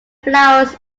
flowers